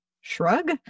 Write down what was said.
shrug